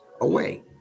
away